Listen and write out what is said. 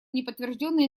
неподтвержденная